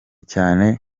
cyane